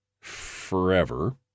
forever